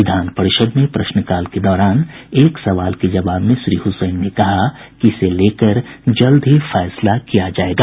विधान परिषद में प्रश्नकाल के दौरान एक सवाल के जवाब में श्री हुसैन ने कहा कि इसे लेकर जल्द ही फैसला किया जायेगा